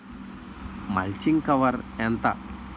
Mulching cover ఎంత?